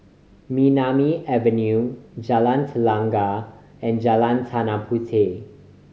Nemesu Avenue Jalan Telang and Jalan Tanah Puteh